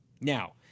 Now